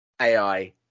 AI